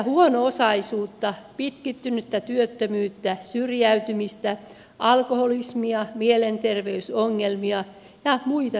huono osaisuutta pitkittynyttä työttömyyttä syrjäytymistä alkoholismia mielenterveysongelmia ja muita sairauksia